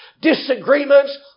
disagreements